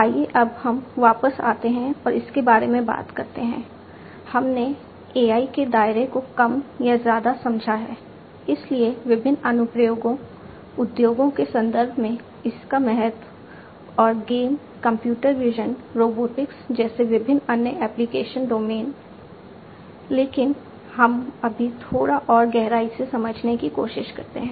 आइए अब हम वापस आते हैं और इसके बारे में बात करते हैं हमने AI के दायरे को कम या ज्यादा समझा है इसके विभिन्न अनुप्रयोगों उद्योगों के संदर्भ में इसका महत्व और गेम कंप्यूटर विज़न रोबोटिक्स जैसे विभिन्न अन्य एप्लीकेशन डोमेन लेकिन हम अभी थोड़ा और गहराई से समझने की कोशिश करते हैं